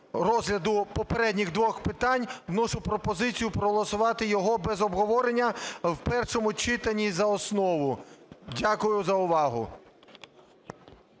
розгляду попередніх двох питань, вношу пропозицію проголосувати його без обговорення в першому читані і за основу. Дякую за увагу.